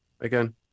again